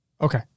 Okay